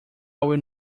will